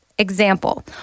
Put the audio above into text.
Example